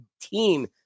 team